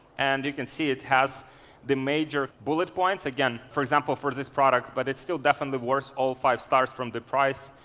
and you can see it has the major bullet points. again for example, for this product, but it's still definitely worse, all five stars from the price,